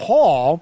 Paul